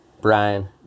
Brian